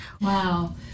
Wow